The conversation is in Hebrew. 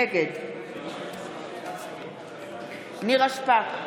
נגד נירה שפק,